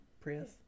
Prius